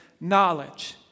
knowledge